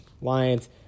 Lions